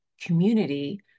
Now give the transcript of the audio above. community